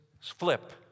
flip